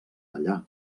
ballar